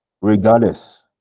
regardless